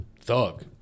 thug